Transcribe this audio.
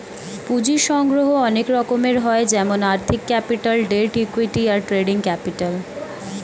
পুঁজির সংগ্রহের অনেক রকম হয় যেমন আর্থিক ক্যাপিটাল, ডেট, ইক্যুইটি, আর ট্রেডিং ক্যাপিটাল